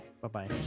Bye-bye